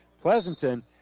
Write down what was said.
Pleasanton